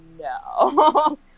no